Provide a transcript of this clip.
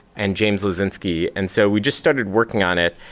and james lozinski. and so we just started working on it.